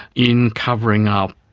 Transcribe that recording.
in covering up